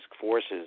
forces